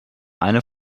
eine